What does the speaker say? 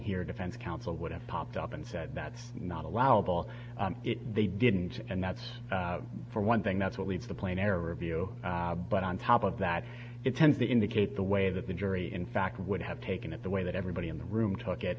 here defense counsel would have popped up and said that's not allowable if they didn't and that's for one thing that's what leaves the plane error of you but on top of that it tends to indicate the way that the jury in fact would have taken it the way that everybody in the room took it